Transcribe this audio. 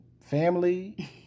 family